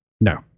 no